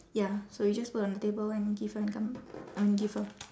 ya so we just put on the table and give her and come I mean give her